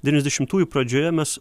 devyniasdešimtųjų pradžioje mes